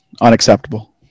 Unacceptable